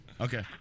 Okay